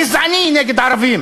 גזעני, נגד ערבים,